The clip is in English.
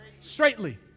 Straightly